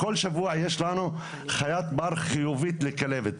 כל שבוע יש לנו חיית בר חיובית לכלבת.